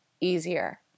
easier